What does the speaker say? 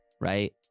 right